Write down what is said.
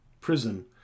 prison